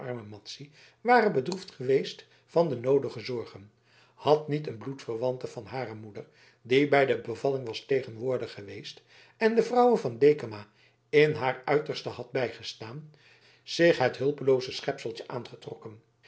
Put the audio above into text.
ware beroofd geweest van de noodige zorgen had niet een bloedverwante van hare moeder die bij de bevalling was tegenwoordig geweest en de vrouwe van dekama in haar uiterste had bijgestaan zich het hulpelooze schepseltje aangetrokken